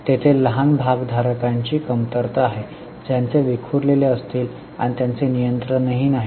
तेथे लहान भागधारकांची कमतरता आहे ज्यांचे विखुरलेले असेल आणि त्यांचे नियंत्रण नाही